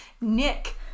Nick